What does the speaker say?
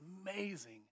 amazing